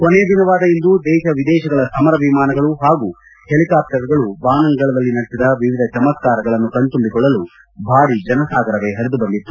ಕೊನೆಯ ದಿನವಾದ ಇಂದು ದೇಶ ವಿದೇಶಗಳ ಸಮರ ವಿಮಾನಗಳ ಹಾಗೂ ಹೆಲಿಕಾಪ್ಟರ್ಗಳು ಬಾನಂಗಳದಲ್ಲಿ ನಡೆಸಿದ ವಿವಿಧ ಚಮತ್ಕಾರಗಳನ್ನು ಕಣ್ಣು ತುಂಬಿಕೊಳ್ಳಲು ಭಾರಿ ಜನಸಾಗರವೇ ಪರಿದು ಬಂದಿತ್ತು